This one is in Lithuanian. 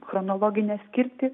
chronologinę skirtį